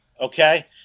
okay